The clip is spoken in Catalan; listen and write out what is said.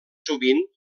sovint